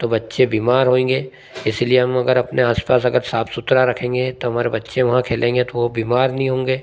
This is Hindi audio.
तो बच्चे बीमार होएंगे इसलिए हम अगर अपने आसपास अगर साफ सुथरा रखेंगे तो हमारे बच्चे वहाँ खेलेंगे तो वह बीमार नहीं होंगे